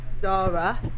Zara